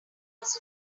was